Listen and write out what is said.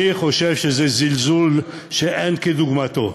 אני חושב שזה זלזול שאין כדוגמתו.